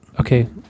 okay